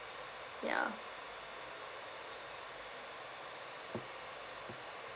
yeah